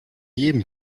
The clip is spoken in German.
jedem